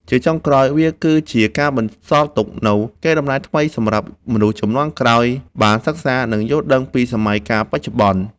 ជាចុងក្រោយ វាគឺជាការបន្សល់ទុកនូវកេរដំណែលថ្មីសម្រាប់មនុស្សជំនាន់ក្រោយបានសិក្សា និងយល់ដឹងពីសម័យកាលបច្ចុប្បន្ន។